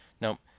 Now